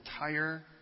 entire